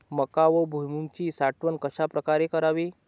मका व भुईमूगाची साठवण कशाप्रकारे करावी?